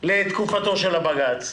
לתקופתו של הבג"ץ.